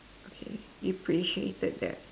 okay you appreciated that